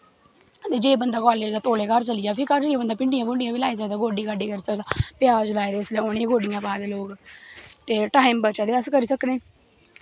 ते जे बंदा कालेज दा तौले बंदा घर चली जा ते भिंडियां भुंडियां बी लाई सकदा गोड्डी गाड्डी करी सकदा प्याज़ लाए दे इसलै उ'नें गी गोड्डियां पा दे लोग ते टैम बचै ते अस करी सकने